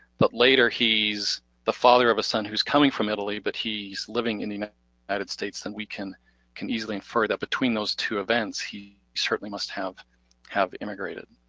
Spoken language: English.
but later he's the father of a son who's coming from italy, but he's living in the united states, then we can can easily infer that between these two events, he certainly must have have immigrated.